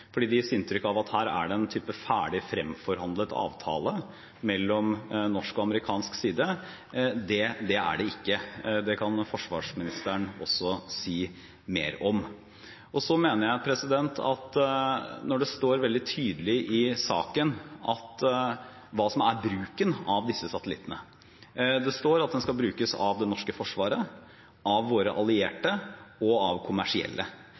det gis inntrykk av at det er en type ferdig fremforhandlet avtale mellom norsk og amerikansk side. Det er det ikke. Det kan forsvarsministeren si mer om. Jeg mener at det står veldig tydelig i saken hva som er bruken av disse satellittene. Det står at de skal brukes av det norske forsvaret, av våre allierte og av kommersielle.